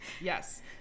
Yes